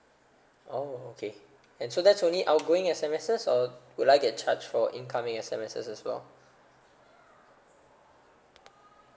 orh okay and so that's only outgoing S_M_Ses or would I get charged for incoming services as well